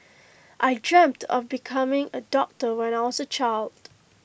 I dreamt of becoming A doctor when I was A child